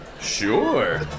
Sure